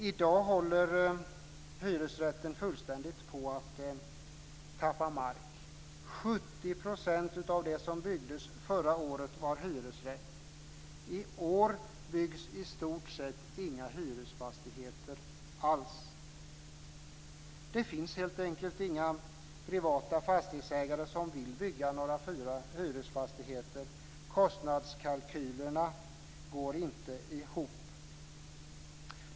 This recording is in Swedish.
I dag håller hyresrätten fullständigt på att tappa mark. 70 % av det som byggdes förra året var hyresrätter. I år byggs i stort sett inga hyresfastigheter alls. Det finns helt enkelt inga privata fastighetsägare som vill bygga några hyresfastigheter. Kostnadskalkylerna går inte ihop.